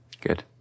Good